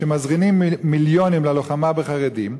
שמזרימים מיליונים ללוחמה בחרדים,